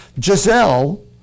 Giselle